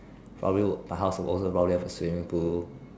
probably would my house would also probably have a swimming pool